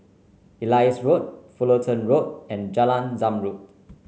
Elias Road Fullerton Road and Jalan Zamrud